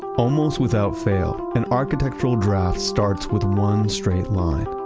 almost without fail, an architectural draft starts with one straight line,